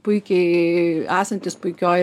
puikiai esantys puikioj